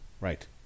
Right